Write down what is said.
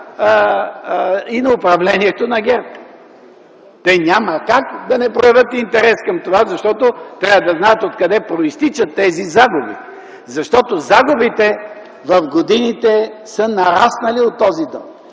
и на управлението на ГЕРБ. Те няма как да не проявят интерес към това, защото трябва да знаят откъде произтичат тези загуби, защото загубите в годините са нараснали от този дълг.